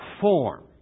form